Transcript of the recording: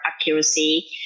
accuracy